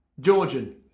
Georgian